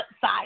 side